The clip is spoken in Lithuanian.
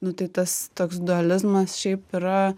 nu tai tas toks dualizmas šiaip yra